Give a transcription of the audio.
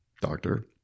doctor